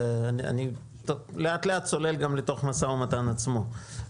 אני לאט-לאט צולל גם לתוך המשא ומתן עצמו.